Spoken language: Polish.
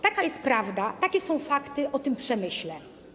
Taka jest prawda, takie są fakty o tym przemyśle.